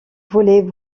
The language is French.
voulaient